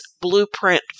blueprint